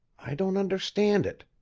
i don't understand it.